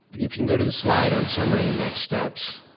if you can go to the slide on summary and next steps,